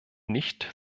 nicht